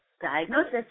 diagnosis